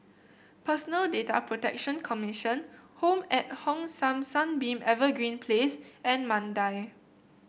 Personal Data Protection Commission Home at Hong San Sunbeam Evergreen Place and Mandai